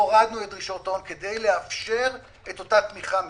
הורדנו את דרישות ההון כדי לאפשר את אותה תמיכה משקית.